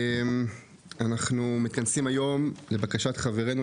אנחנו מתכנסים היום לבקשת חברינו,